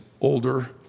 older